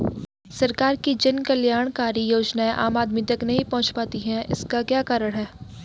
सरकार की जन कल्याणकारी योजनाएँ आम आदमी तक नहीं पहुंच पाती हैं इसका क्या कारण है?